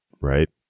right